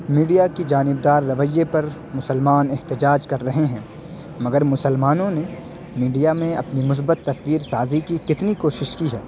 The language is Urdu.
میڈیا کی جانب دار رویے پر مسلمان احتجاج کر رہے ہیں مگر مسلمانوں نے میڈیا میں اپنی مثبت تصویر سازی کی کتنی کوشش کی ہے